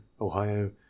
ohio